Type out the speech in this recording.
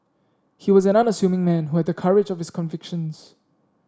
he was an unassuming man who had the courage of his convictions